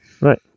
Right